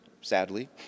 sadly